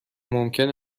ممکن